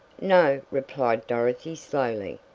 no, replied dorothy slowly,